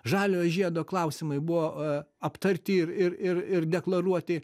žaliojo žiedo klausimai buvo aptarti ir ir ir ir deklaruoti